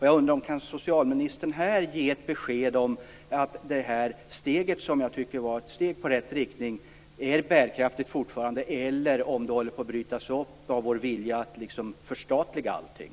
Jag undrar om socialministern här kan ge ett besked om att det här steget i, som jag tycker, rätt riktning fortfarande är bärkraftigt eller om det håller på att brytas upp av viljan att förstatliga allting.